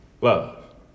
love